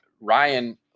Ryan